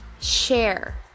share